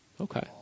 Okay